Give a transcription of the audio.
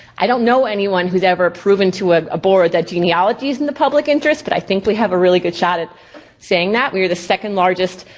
i don't know anyone who's ever proven to ah abhor that genealogy's in the public interest, but i think we have a really good shot at saying that. we're the second largest